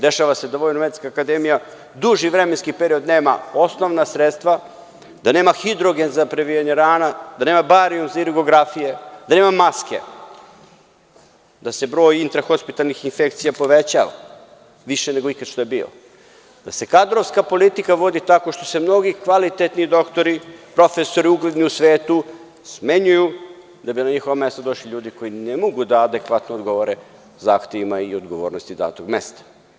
Dešava se da VMA duži vremenski period nema osnovna sredstva, da nema hidrogen za previjanje rana, da nema barijum za irigografije, da nema maske, da se broj intrahospitalnih infekcija povećava više nego ikad što je bio, da se kadrovska politika vodi tako što se mnogi kvalitetni doktori, profesori ugledni u svetu smenjuju, da bi na njihova mesta došli ljudi koji ne mogu adekvatno da odgovore zahtevima i odgovornosti datog mesta.